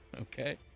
Okay